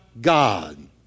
God